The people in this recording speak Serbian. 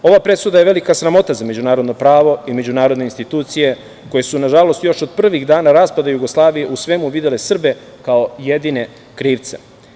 Ova presuda je velika sramota za međunarodno pravo i međunarodne institucije koje su nažalost još od prvih dana raspada Jugoslavije u svemu videle Srbe kao jedine krivce.